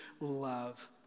love